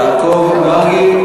יעקב מרגי,